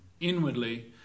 inwardly